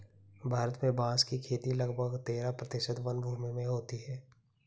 भारत में बाँस की खेती लगभग तेरह प्रतिशत वनभूमि में होती है